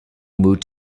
mood